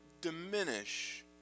diminish